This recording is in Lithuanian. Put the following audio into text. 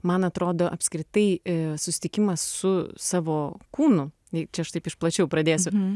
man atrodo apskritai į susitikimą su savo kūnu čia aš taip iš plačiau pradėsiu